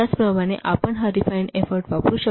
त्याचप्रमाणे आपण हा रिफाइन एफोर्ट वापरू शकता 50